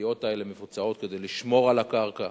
הנטיעות האלה מבוצעות כדי לשמור על הקרקע.